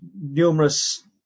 numerous